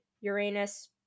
Uranus